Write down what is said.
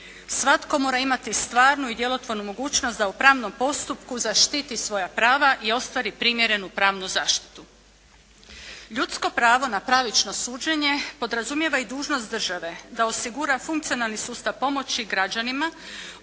Svatko mora imati stvarnu i djelotvornu mogućnost da u pravnom postupku zaštiti svoja prava i ostvari primjerenu pravnu zaštitu. Ljudsko pravo na pravično suđenje podrazumijeva i dužnost države da osigura funkcionalni sustav pomoći građanima